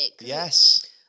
Yes